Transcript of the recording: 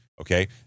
Okay